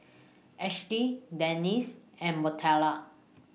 Ashli Denice and Montrell